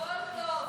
הכול טוב.